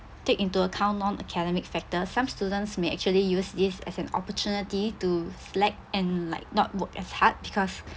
take into account non-academic factor some students may actually use this as an opportunity to slack and like not work as hard because